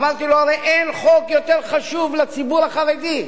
אמרתי לו: הרי אין חוק יותר חשוב לציבור החרדי,